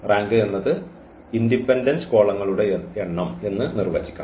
rank എന്നത് independent കോളങ്ങളുടെ എണ്ണം എന്ന് നിർവചിക്കാം